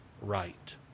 right